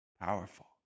Powerful